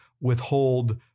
withhold